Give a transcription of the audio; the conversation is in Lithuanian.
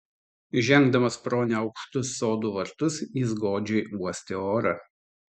žengdamas pro neaukštus sodų vartus jis godžiai uostė orą